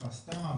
תקיפה סתם,